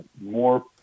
more